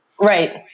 right